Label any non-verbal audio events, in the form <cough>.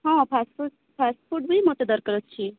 ହଁ first <unintelligible> first food ବି ମୋତେ ଦରକାର ଅଛି